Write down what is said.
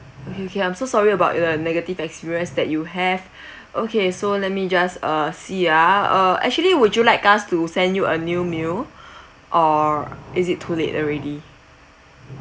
okay okay I'm so sorry about your negative experience that you have okay so let me just uh see ah uh actually would you like us to send you a new meal or is it too late already